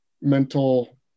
mental